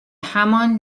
همان